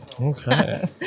Okay